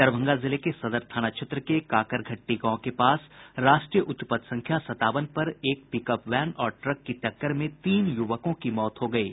दरभंगा जिले के सदर थाना क्षेत्र के काकरघट्टी गांव के पास राष्ट्रीय उच्च पथ संख्या संतावन पर एक पिकअप वैन और ट्रक की टक्कर में तीन युवकों की मौत हो गयी